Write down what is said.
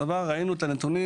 בעבר ראינו את הנתונים,